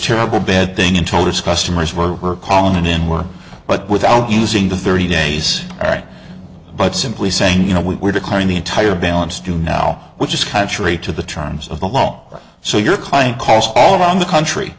terrible bad thing and told his customers were calling it in work but without using the thirty days right but simply saying you know we were declaring the entire balance to now which is contrary to the terms of the long run so your client calls all around the country